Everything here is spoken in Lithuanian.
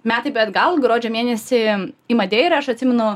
metai bei atgal gruodžio mėnesį į madeirą aš atsimenu